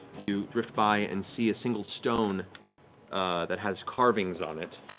you drift by and see a single stone that has carvings on it.